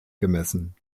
gemessen